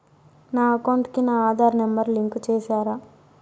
నా అకౌంట్ కు నా ఆధార్ నెంబర్ లింకు చేసారా